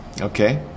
Okay